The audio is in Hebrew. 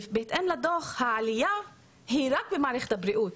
בהתאם לדו"ח, העלייה היא רק במערכת הבריאות,